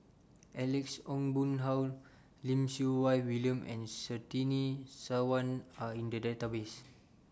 Alex Ong Boon Hau Lim Siew Wai William and Surtini Sarwan Are in The Database